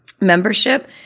membership